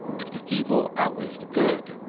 if the evil outweighs the good,